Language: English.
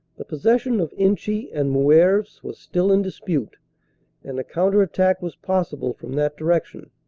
the possession of inchy and moeuvres was still in dispute and a counter-attack was possible from that direction.